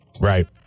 Right